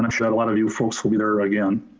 and i'm sure a lot of you folks will be there again.